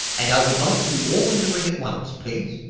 and i would like them all in the ring at once, please.